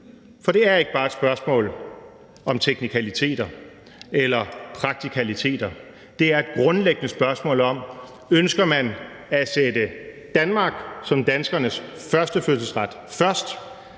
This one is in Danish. For det er ikke bare et spørgsmål om teknikaliteter eller praktikaliteter; det er grundlæggende et spørgsmål om, om man ønsker at sætte Danmark som danskernes førstefødselsret først,